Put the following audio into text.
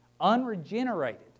unregenerated